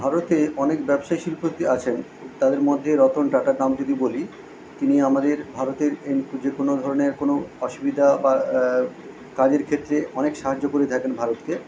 ভারতে অনেক ব্যবসায়ী শিল্পপতি আছেন তাদের মধ্যে রতন টাটার নাম যদি বলি তিনি আমাদের ভারতের এই যে কোনও ধরনের কোনও অসুবিধা বা কাজের ক্ষেত্রে অনেক সাহায্য করে থাকেন ভারতকে